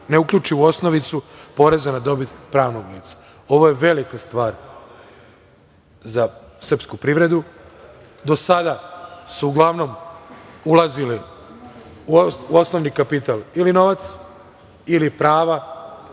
ne uključi u osnovicu poreza na dobit pravnog lica. Ovo je velika stvar za srpsku privredu. Do sada su uglavnom ulazili u osnovni kapital ili novac ili prava